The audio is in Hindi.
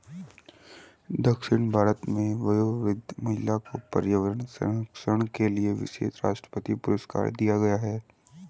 दक्षिण भारत में वयोवृद्ध महिला को पर्यावरण संरक्षण के लिए विशेष राष्ट्रपति पुरस्कार दिया गया है